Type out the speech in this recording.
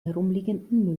herumliegenden